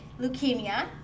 leukemia